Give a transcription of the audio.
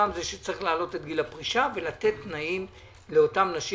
שיש להעלות את גיל הפרישה ולתת תנאים לאותן נשים